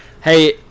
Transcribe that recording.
Hey